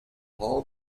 hall